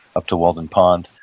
up to walden pond,